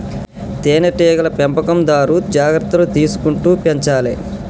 తేనె టీగల పెంపకందారు జాగ్రత్తలు తీసుకుంటూ పెంచాలే